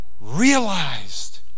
realized